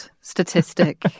statistic